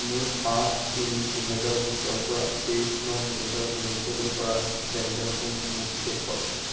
মোৰ আঠ তিনি দুহেজাৰ বিছৰপৰা তেইছ ন দুহেজাৰ ঊনৈছলৈ কৰা লেনদেনসমূহ মোক দেখুৱাওক